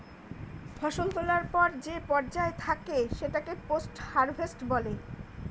ফসল তোলার পর যে পর্যায় থাকে সেটাকে পোস্ট হারভেস্ট বলে